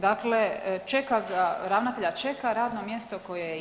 Dakle, čeka ga, ravnatelja čeka radno mjesto koje je imao.